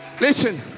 Listen